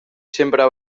sempre